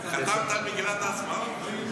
חתמת על מגילת העצמאות?